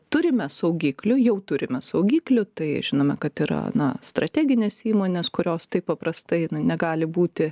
turime saugiklių jau turime saugiklių tai žinome kad yra na strateginės įmonės kurios taip paprastai na negali būti